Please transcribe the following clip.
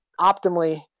optimally